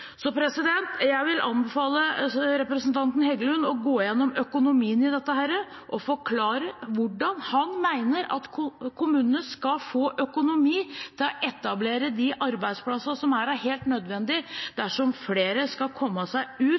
Så jeg vil anbefale representanten Heggelund å gå gjennom økonomien i dette og forklare hvordan han mener at kommunene skal få økonomi til å etablere de arbeidsplassene som her er helt nødvendige dersom flere skal komme seg ut